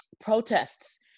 protests